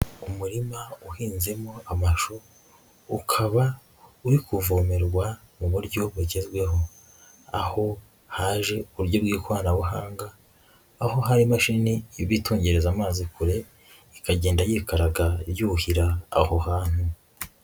Umurima uhinzemo amashu ukaba uri kuvomerwa mu buryo bugezweho, aho haje uburyo bw'ikoranabuhanga, aho hari imashini iba itungerezareza amazi kure, ikagenda yikaraga yuhira aho hantu.